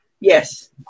Yes